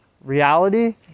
reality